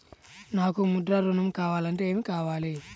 నాకు ముద్ర ఋణం కావాలంటే ఏమి కావాలి?